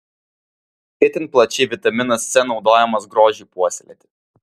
itin plačiai vitaminas c naudojamas grožiui puoselėti